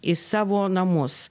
į savo namus